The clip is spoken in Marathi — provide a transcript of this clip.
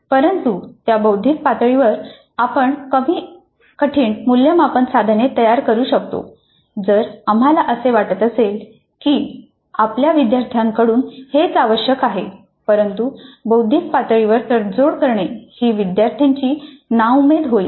परंतु त्या बौद्धिक पातळीवर आपण कमी कठीण मूल्यमापन साधने तयार करू शकतो जर आम्हाला असे वाटत असेल की आम्हाला आपल्या विद्यार्थ्यांकडून हेच आवश्यक आहे परंतु बौद्धिक पातळीवर तडजोड करणे ही विद्यार्थ्यांची नाउमेद होईल